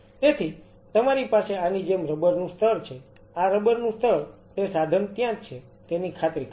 તેથી તમારી પાસે આની જેમ રબર નું સ્તર છે આ રબર નું સ્તર તે સાધન ત્યાંજ છે તેની ખાતરી કરે છે